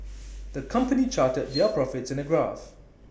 the company charted their profits in A graph